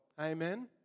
Amen